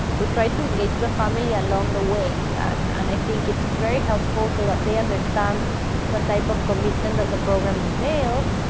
we tried to engage the family along the way. and and i think it's very helpful so that they understand the type of commitment that the programming fails,